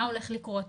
מה הולך לקרות,